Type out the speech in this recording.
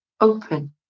open